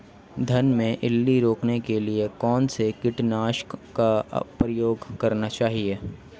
धान में इल्ली रोकने के लिए कौनसे कीटनाशक का प्रयोग करना चाहिए?